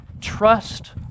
trust